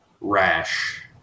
rash